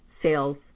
sales